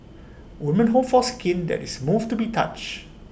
women hope for skin that is move to be touch